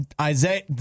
Isaiah